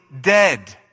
dead